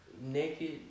naked